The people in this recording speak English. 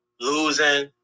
losing